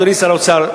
אדוני שר האוצר,